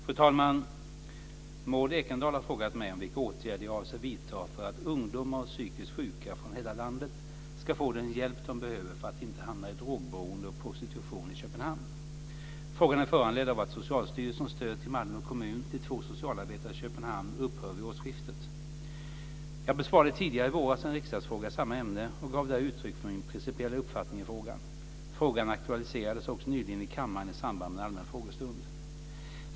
Fru talman! Maud Ekendahl har frågat mig om vilka åtgärder jag avser vidta för att ungdomar och psykiskt sjuka från hela landet ska få den hjälp de behöver för att inte hamna i drogberoende och prostitution i Köpenhamn. Frågan är föranledd av att Socialstyrelsens stöd till Malmö kommun till två socialarbetare i Köpenhamn upphör vid årsskiftet. Jag besvarade tidigare i våras en riksdagsfråga i samma ämne, och gav där uttryck för min principiella uppfattning i frågan. Frågan aktualiserades också nyligen i kammaren i samband med en allmän frågestund.